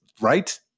right